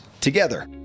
together